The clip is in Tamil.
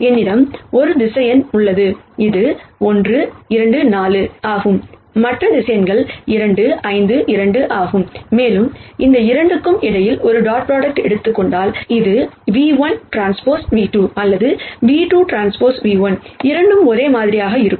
என்னிடம் ஒரு வெக்டர் உள்ளது இது 1 2 4 ஆகும் மற்ற வெக்டர் 2 5 2 ஆகும் மேலும் இந்த 2 க்கு இடையில் ஒரு டாட் ப்ராடக்ட் எடுத்துக் கொண்டால் இது v1Tv2 அல்லது v2Tv1 இரண்டும் ஒரே மாதிரியாக இருக்கும்